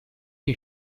che